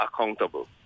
Accountable